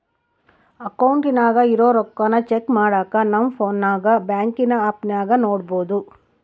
ಅಕೌಂಟಿನಾಗ ಇರೋ ರೊಕ್ಕಾನ ಚೆಕ್ ಮಾಡಾಕ ನಮ್ ಪೋನ್ನಾಗ ಬ್ಯಾಂಕಿನ್ ಆಪ್ನಾಗ ನೋಡ್ಬೋದು